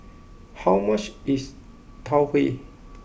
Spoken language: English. how much is Tau Huay